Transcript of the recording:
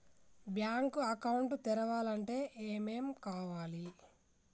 Bank account తెరవాలంటే ఏమేం కావాలి?